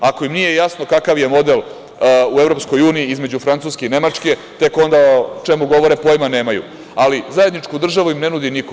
Ako im nije jasno kakav je model u EU između Francuske i Nemačke, tek onda o čemu govore pojma nemaju, ali zajedničku državu im ne nudi niko.